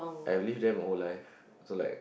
I lived there my whole life so like